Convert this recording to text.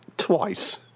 Twice